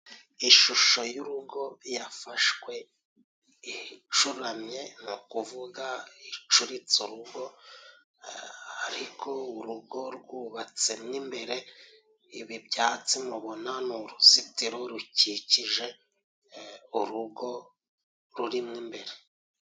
Ishusho y'urugo yafashwe icuramye. Ni ukuvuga icuritse urugo ariko urugo rwubatsemo imbere. Ibi byatsi mubona ni uruzitiro rukikije urugo ruririmo imbere.